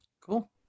Cool